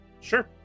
Sure